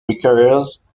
requires